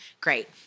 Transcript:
Great